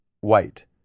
white